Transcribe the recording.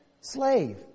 slave